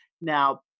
Now